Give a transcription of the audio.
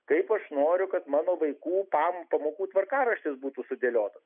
kaip aš noriu kad mano vaikų pam pamokų tvarkaraštis būtų sudėliotas